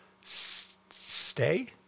stay